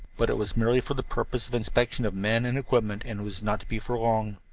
but it was merely for the purpose of inspection of men and equipment, and was not to be for long.